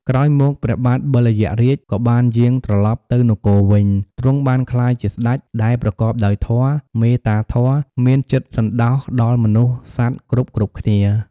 ក្រោយមក ព្រះបាទបិលយក្សរាជក៏បានយាងត្រឡប់ទៅនគរវិញ ទ្រង់បានក្លាយជាស្តេចដែលប្រកបដោយធម៌ មេត្តាធម៌ មានចិត្តសណ្ដោសដល់មនុស្សសត្វគ្រប់ៗគ្នា។